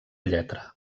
lletra